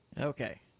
Okay